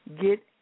get